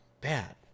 Bad